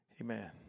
Amen